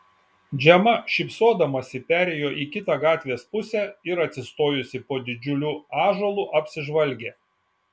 džema šypsodamasi perėjo į kitą gatvės pusę ir atsistojusi po didžiuliu ąžuolu apsižvalgė